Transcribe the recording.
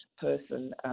person